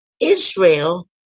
Israel